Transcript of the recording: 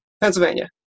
Pennsylvania